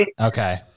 Okay